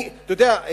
אתה יודע,